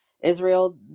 Israel